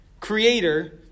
creator